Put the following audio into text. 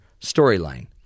storyline